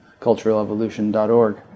culturalevolution.org